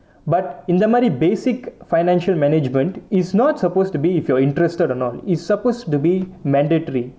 but இந்த மாதிரி:intha maathiri basic financial management is not supposed to be if you're interested or not it's supposed to be mandatory